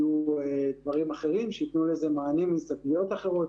יהיו דברים אחרים שייתנו לזה מענים מזוויות אחרות,